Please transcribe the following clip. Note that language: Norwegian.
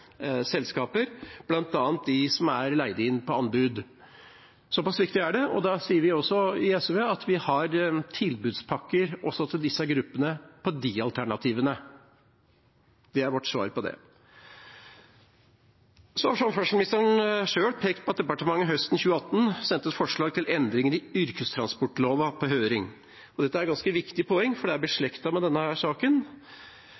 selskaper, bl.a. dem som er leid inn på anbud. Såpass viktig er det, og da sier vi i SV at vi har tilbudspakker også til disse gruppene på de alternativene. Det er vårt svar på det. Så har samferdselsministeren sjøl pekt på at departementet høsten 2018 sendte et forslag til endringer i yrkestransportloven på høring. Dette er et ganske viktig poeng, for det er